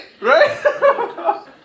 right